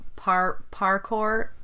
parkour